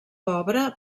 pobra